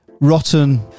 rotten